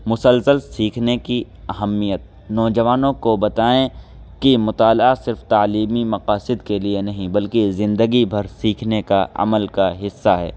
مسلسل سیکھنے کی اہمیت نوجوانوں کو بتائیں کہ مطالعہ صرف تعلیمی مقاصد کے لیے نہیں بلکہ زندگی بھر سیکھنے کا عمل کا حصہ ہے